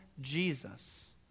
Jesus